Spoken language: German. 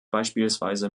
beispielsweise